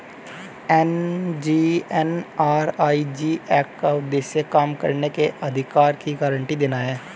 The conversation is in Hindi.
एम.जी.एन.आर.इ.जी एक्ट का उद्देश्य काम करने के अधिकार की गारंटी देना है